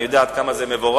ואני יודע עד כמה זה מבורך,